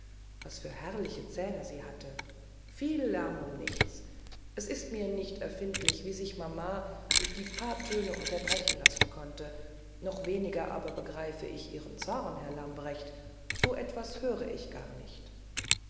was für herrliche zähne sie hatte viel lärm um nichts es ist mir nicht erfindlich wie sich mama durch die paar töne unterbrechen lassen konnte noch weniger aber begreife ich ihren zorn herr lamprecht so etwas höre ich gar nicht